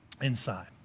inside